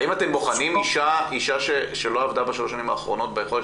האם אתם בוחנים אישה שלא עבדה בשלוש השנים האחרונות ביכולת